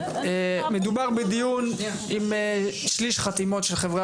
מדובר בדיון עם שליש חתימות של חברי